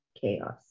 chaos